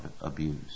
abuse